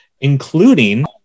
including